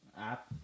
app